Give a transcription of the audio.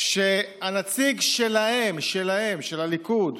כשהנציג שלהם, של הליכוד,